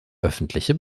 öffentliche